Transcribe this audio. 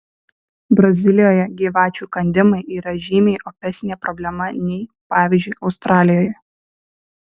brazilijoje gyvačių įkandimai yra žymiai opesnė problema nei pavyzdžiui australijoje